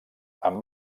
amb